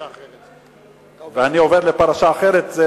אדוני עובר לפרשה אחרת.